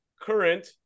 current